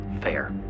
Fair